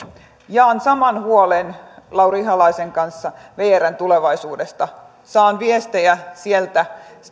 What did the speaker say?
jaan saman huolen lauri ihalaisen kanssa vrn tulevaisuudesta saan viestejä sieltä